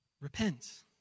repent